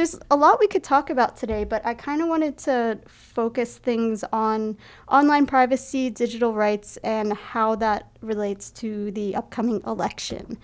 there's a lot we could talk about today but i kind of wanted to focus things on online privacy digital rights and how that relates to the upcoming election